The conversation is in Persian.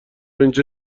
اینجا